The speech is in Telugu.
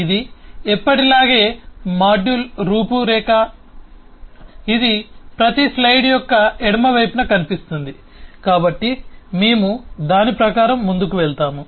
ఇది ఎప్పటిలాగే మాడ్యూల్ రూపురేఖ ఇది ప్రతి స్లయిడ్ యొక్క ఎడమ వైపున కనిపిస్తుంది కాబట్టి మేము దాని ప్రకారం ముందుకు వెళ్తాము